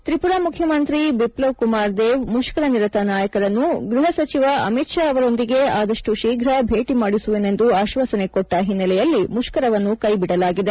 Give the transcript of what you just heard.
ತ್ರಿಪುರಾ ಮುಖ್ಯಮಂತ್ರಿ ಬಿಪ್ಲಬ್ ಕುಮಾರ್ ದೇಬ್ ಮುಷ್ಕರನಿರತ ನಾಯಕರನ್ನು ಗೃಹ ಸಚಿವ ಅಮಿತ್ ಷಾ ಅವರೊಂದಿಗೆ ಆದಷ್ಟು ಶೀಫ್ರ ಭೇಟಿ ಮಾಡಿಸುವೆನೆಂದು ಆಶ್ವಾಸನೆ ಕೊಟ್ವ ಹಿನ್ನೆಲೆಯಲ್ಲಿ ಮುಷ್ಕರವನ್ನು ಕೈಬಿಡಲಾಗಿದೆ